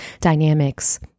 dynamics